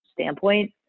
standpoint